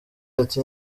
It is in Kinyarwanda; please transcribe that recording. ati